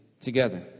together